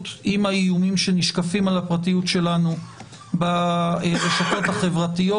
עם האיומים שנשקפים על הפרטיות שלנו ברשתות החברתיות,